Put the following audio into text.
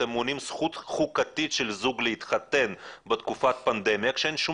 אתם מונעים זכות חוקתית של זוג להתחתן בתקופת פנדמיה כשאין שום